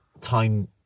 time